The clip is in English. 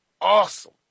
awesome